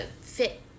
fit